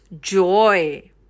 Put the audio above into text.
joy